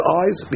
eyes